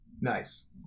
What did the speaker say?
Nice